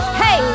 hey